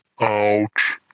Ouch